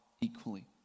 equally